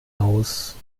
aus